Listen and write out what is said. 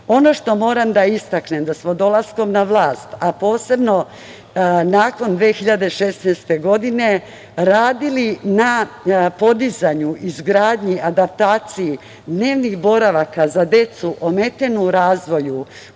što moram da istaknem je da smo dolaskom na vlast, a posebno nakon 2016. godine, radili na podizanju, izgradnji, adaptaciji dnevnih boravaka za decu ometenu u razvoju